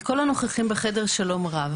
"לכל הנוכחים בחדר, שלום רב,